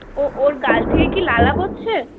ও ওর গাল থেকে কি লালা পড়ছে